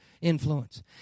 influence